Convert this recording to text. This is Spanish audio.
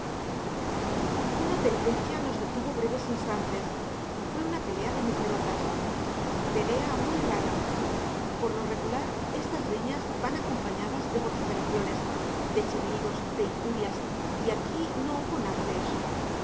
una peripecia nos detuvo breves instantes fue una pelea de mujerotas pelea muy rara por lo regular estas riñas van acompañadas de vociferaciones de chillidos de injurias y aquí no hubo nada de eso